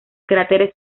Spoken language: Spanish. cráteres